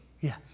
Yes